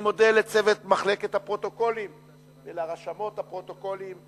אני מודה לצוות מחלקת הפרוטוקולים ולרשמות הפרוטוקולים,